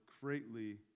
greatly